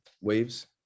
waves